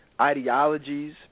ideologies